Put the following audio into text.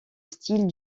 style